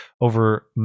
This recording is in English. over